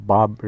Bob